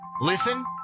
Listen